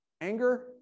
anger